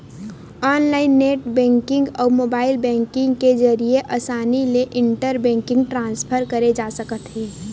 online net banking अउ mobile banking के जरिए असानी ले इंटर बेंकिंग ट्रांसफर करे जा सकत हे